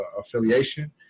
affiliation